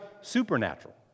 supernatural